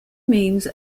means